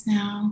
now